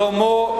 שלומו,